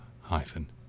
hyphen